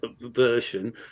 version